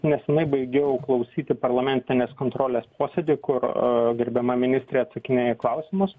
neseniai baigiau klausyti parlamentinės kontrolės posėdį kur gerbiama ministrė atsakinėjo į klausimus